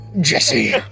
Jesse